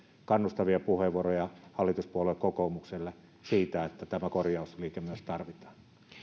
kannustavia puheenvuoroja hallituspuolue kokoomukselle siitä että tämä korjausliike myös tarvitaan